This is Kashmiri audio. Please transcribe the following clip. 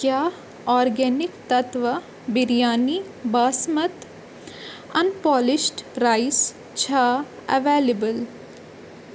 کیٛاہ organic Tatva biryani basmati unpolished rice چھا اٮ۪ویلِبٕل